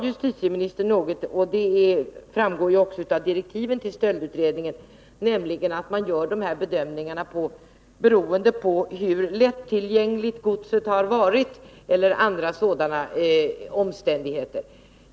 Justitieministern sade att — och det framgår också av direktiven till stöldutredningen — man gör bedömningarna med hänsyn till hur lättillgängligt godset har varit eller andra sådana omständigheter.